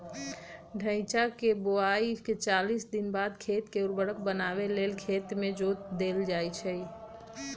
धइचा के बोआइके चालीस दिनबाद खेत के उर्वर बनावे लेल खेत में जोत देल जइछइ